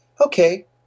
Okay